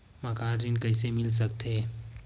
मकान ऋण कइसे मिल सकथे?